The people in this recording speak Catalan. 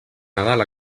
nadal